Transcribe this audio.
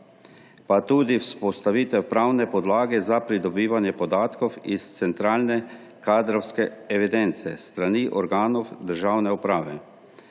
pa tudi vzpostavitev pravne podlage za pridobivanje podatkov iz centralne kadrovske evidence s strani organov državne uprave